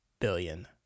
billion